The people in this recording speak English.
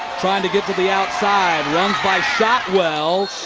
trying to get to the outside. runs by shotwell.